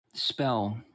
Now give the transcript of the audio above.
Spell